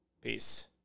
Peace